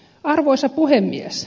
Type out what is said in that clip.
arvoisa puhemies